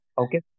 Okay